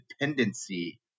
dependency